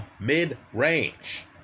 mid-range